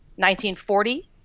1940